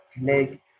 leg